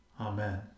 Amen